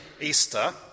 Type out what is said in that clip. Easter